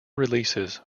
releases